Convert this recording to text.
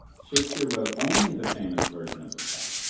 shakespeare wrote only the famous version of the play.